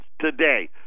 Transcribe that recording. today